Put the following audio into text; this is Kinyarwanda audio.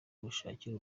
gushakira